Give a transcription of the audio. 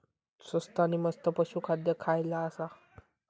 स्वस्त आणि मस्त पशू खाद्य खयला आसा?